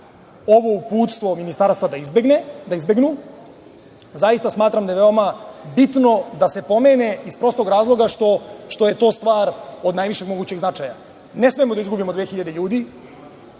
ovo uputstvo ministarstva da izbegnu, zaista smatram da je veoma bitno da se pomene iz prostog razloga što je to stvar od najvišeg mogućeg značaja. Ne smemo da izgubimo 2.000 ljudi,